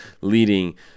leading